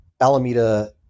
Alameda